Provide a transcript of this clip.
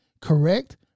correct